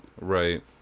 right